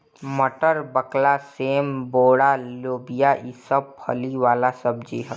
मटर, बकला, सेम, बोड़ा, लोबिया ई सब फली वाला सब्जी ह